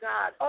God